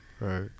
Right